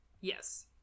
yes